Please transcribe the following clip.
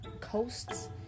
coasts